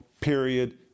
period